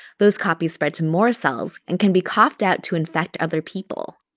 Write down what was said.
those copies spread to more cells and can be coughed out to infect other people.